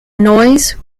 noise